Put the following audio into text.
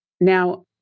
Now